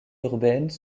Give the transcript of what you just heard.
urbaines